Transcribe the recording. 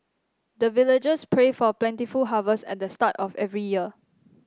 the villagers pray for plentiful harvest at the start of every year